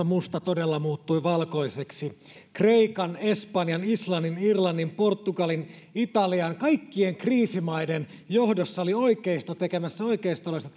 musta todella muuttui valkoiseksi kreikan espanjan islannin irlannin portugalin italian kaikkien kriisimaiden johdossa oli oikeisto tekemässä oikeistolaista